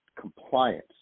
compliance